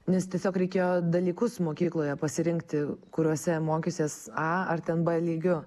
nes tiesiog reikėjo dalykus mokykloje pasirinkti kuriuose mokysiesi a ar ten b lygiu